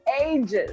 ages